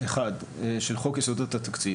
של חוק יסודות התקציב,